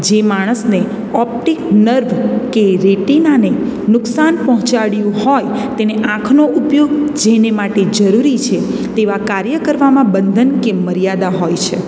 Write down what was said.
જે માણસને optic nerve કે રેટીનાને નુકસાન પહોંચાડ્યું હોય તેને આંખનો ઉપયોગ જેને માટે જરૂરી છે તેવા કાર્ય કરવામાં બંધન કે મર્યાદા હોય છે